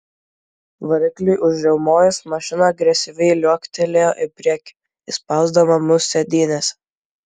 varikliui užriaumojus mašina agresyviai liuoktelėjo į priekį įspausdama mus sėdynėse